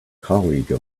colleague